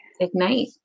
Ignite